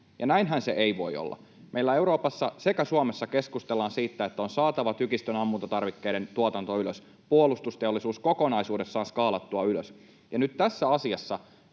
näinhän se ei voi olla. Meillä Euroopassa sekä Suomessa keskustellaan siitä, että on saatava tykistön ammuntatarvikkeiden tuotanto ylös, puolustusteollisuus kokonaisuudessaan skaalattua ylös, ja nyt tässä asiassa